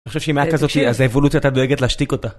אני חושב שאם היה כזאתי אז האבולוציה היתה דואגת להשתיק אותה.